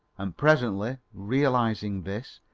and presently realising this,